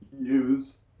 use